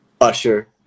Usher